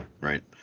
Right